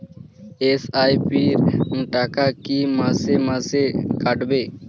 SIP র টাকা কী মাসে মাসে কাটবে?